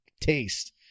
taste